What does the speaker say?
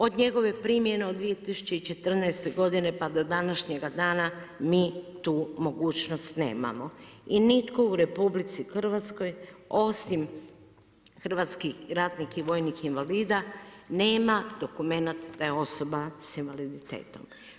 Od njegove primjene od 2014. godine pa do današnjega dana mi tu mogućnost nemamo i nitko u RH osim hrvatskih ratnih vojnih invalida nema dokumenat da je osoba sa invaliditetom.